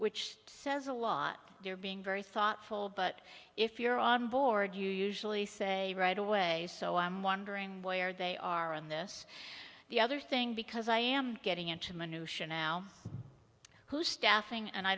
which says a lot they're being very thoughtful but if you're on board you usually say right away so i'm wondering where they are on this the other thing because i am getting into minutia now who staffing and i